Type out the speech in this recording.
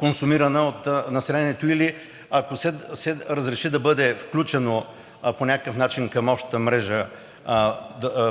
консумирана от населението. Или ако се разреши да бъде включен по някакъв начин към общата мрежа